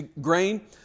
grain